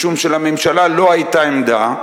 משום לממשלה לא היתה עמדה,